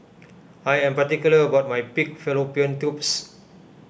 I am particular about my Pig Fallopian Tubes